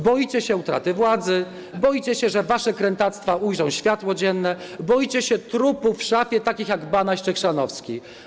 Boicie się utraty władzy, boicie się, że wasze krętactwa ujrzą światło dzienne, boicie się trupów w szafie takich jak Banaś czy Chrzanowski.